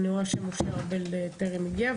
אבל אני רואה שמשה ארבל טרם הגיע,